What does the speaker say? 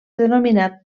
denominat